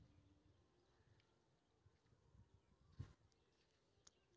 खेतक उपज बढ़ेबा लेल नीक बिया, उचित पानि आ खाद चाही